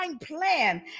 plan